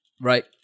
Right